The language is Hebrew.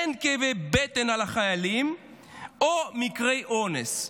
אין כאבי בטן על החיילים או על מקרי אונס.